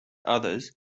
others